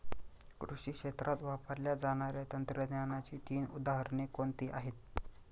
कृषी क्षेत्रात वापरल्या जाणाऱ्या तंत्रज्ञानाची तीन उदाहरणे कोणती आहेत?